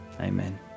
Amen